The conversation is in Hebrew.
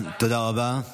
תודה רבה.